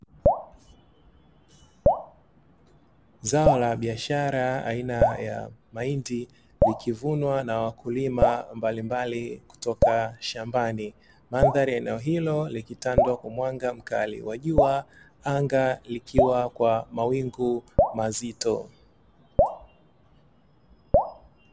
Zao la biashara aina ya mahindi likivunwa na wakulima mbalimbali kutoka shambani, mandhari ya eneo hilo likitandwa kwa mwanga mkali wa jua, anga likiwa kwa mawingu mazito.